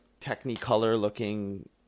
Technicolor-looking